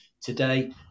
today